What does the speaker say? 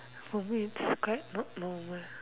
for me it's quite not normal